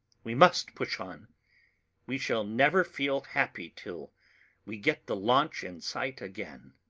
we must push on we shall never feel happy till we get the launch in sight again.